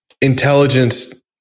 intelligence